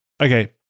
okay